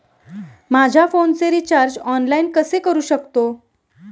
माझ्या फोनचे recharge online कसे करू शकतो?